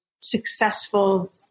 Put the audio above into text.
successful